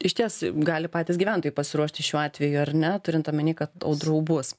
išties gali patys gyventojai pasiruošti šiuo atveju ar ne turint omeny kad audrų bus